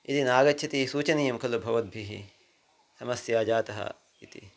यदि नागच्छति सूचनीयं खलु भवद्भिः समस्या जाता इति